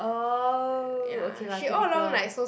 oh okay lah typical